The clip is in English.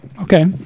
Okay